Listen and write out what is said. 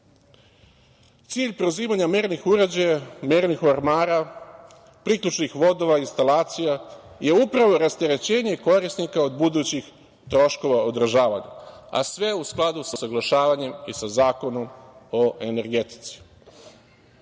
loše. Cilj preuzimanja mernih uređaja, mernih ormara, priključnih vodova, instalacija, je upravo rasterećenje korisnika od budućih troškova održavanja, a sve u skladu sa usaglašavanjem i sa Zakonom o energetici. Tako